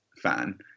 fan